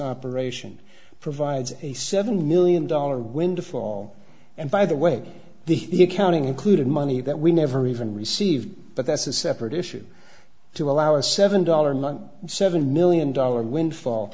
operation provides a seven million dollar windfall and by the way the the accounting included money that we never even received but that's a separate issue to allow a seven dollars a month seven million dollar windfall